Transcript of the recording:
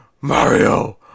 Mario